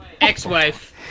ex-wife